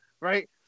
right